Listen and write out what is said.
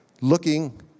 Looking